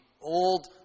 old